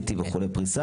CT וכו' פריסה.